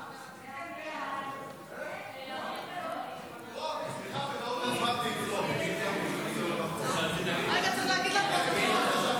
ההצעה להעביר את הצעת חוק מיסוי מקרקעין (שבח ורכישה) (תיקון מס' 104),